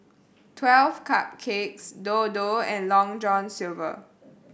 Twelve Cupcakes Dodo and Long John Silver